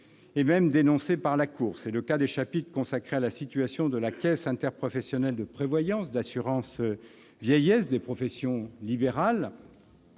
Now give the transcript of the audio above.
et même dénoncées par la Cour. C'est le cas des chapitres consacrés à la situation de la Caisse interprofessionnelle de prévoyance et d'assurance vieillesse des professions libérales,